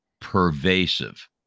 pervasive